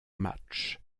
matchs